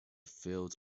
fields